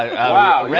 ah wow! yeah